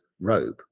robe